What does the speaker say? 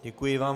Děkuji vám.